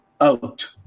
out